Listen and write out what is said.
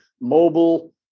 mobile